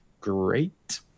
great